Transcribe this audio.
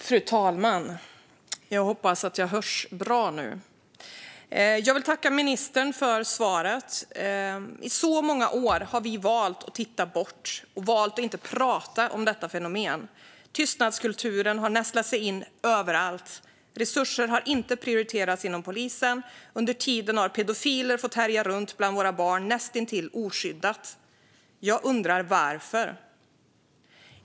Fru talman! Jag vill tacka ministern för svaret. I många år har vi valt att titta bort och valt att inte prata om detta fenomen. Tystnadskulturen har nästlat sig in överallt. Resurser har inte prioriterats inom polisen. Under tiden har pedofiler fått härja runt bland våra barn näst intill oskyddat. Jag undrar: Varför?